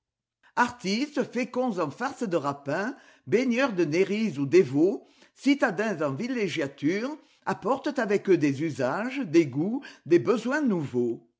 artistes féconds en farces de rapins baigneurs de néris ou d'evaux citadins en villégiature apportent avec eux des usages des goûts des besoins nouveaux